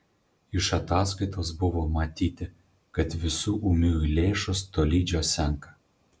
iš ataskaitos buvo matyti kad visų ūmiųjų lėšos tolydžio senka